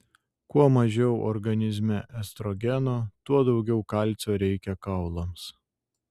kuo mažiau organizme estrogeno tuo daugiau kalcio reikia kaulams